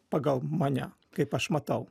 pagal mane kaip aš matau